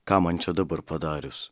ką man čia dabar padarius